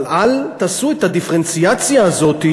אבל אל תעשו את הדיפרנציאציה הזאת,